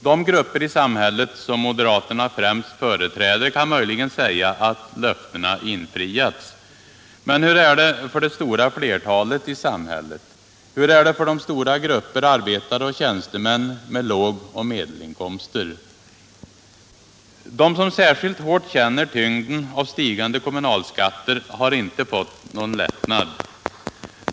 De grupper i samhället som moderaterna främst företräder kan möjligen säga att löftena infriats. Men hur är det för det stora flertalet i samhället? Hur är det för de stora grupper arbetare och tjänstemän med låg och medelinkomster? De som särskilt hårt känner tyngden av stigande kommunalskatter har inte fått någon lättnad.